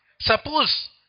Suppose